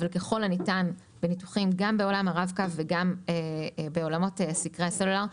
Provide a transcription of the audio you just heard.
אבל ככל הניתן בניתוחים גם בעולם הרב-קו וגם בעולמות סקרי הסלולר,